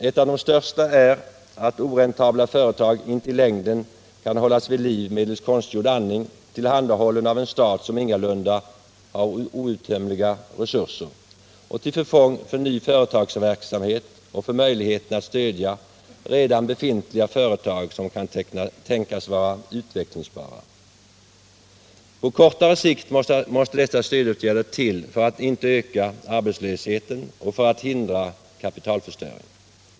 Ett av de största är att oräntabla Den ekonomiska företag inte i längden kan hållas vid liv medelst konstgjord andning, politiken m.m. tillhandahållen av en stat som ingalunda har outtömliga resurser och till förfång för ny företagsverksamhet och redan befintliga företag som kan tänkas vara utvecklingsbara. På kortare sikt måste dessa stödåtgärder till för att inte öka arbetslösheten och för att hindra kapitalförstöring.